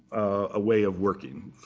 ah way of working,